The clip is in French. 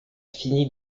fini